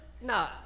no